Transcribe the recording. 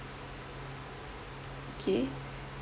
okay